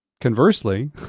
Conversely